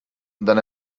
than